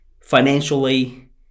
financially